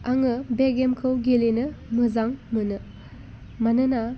आङो बे गेमखौ गेलेनो मोजां मोनो मानोना